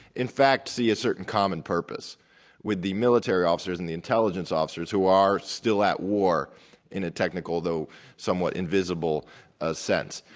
in fact see a certain common purpose with the military officers and the intelligence officers who are still at war in a technical although somewhat invisible ah sense.